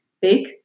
big